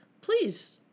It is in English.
please